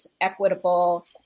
equitable